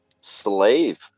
Slave